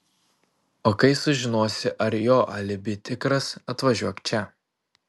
o kai sužinosi ar jo alibi tikras atvažiuok čia